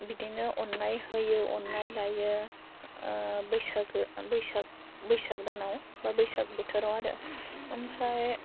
बिदिनो अन्नाय होयो अन्नाय लायो बैसागु बैसाग बैसाग दानाव बा बैसाग बोथोराव आरो ओमफ्राय